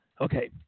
Okay